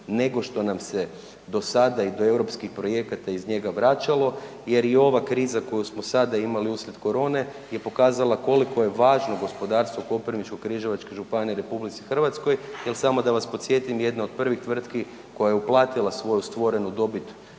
nego što nam se do sada i do europskih projekata iz njega vraćalo jer i ova kriza koju smo sada imali, uslijed korone, je pokazala koliko je važno gospodarstvo Koprivničko-križevačke županije u RH jer, samo da vas podsjetim, jedna od prvih tvrtku koja je uplatila svoju stvorenu dobit